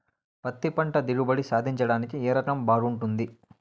పత్తి పంట దిగుబడి సాధించడానికి ఏ రకం బాగుంటుంది?